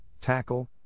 tackle